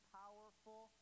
powerful